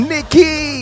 Nikki